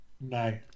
No